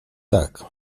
tak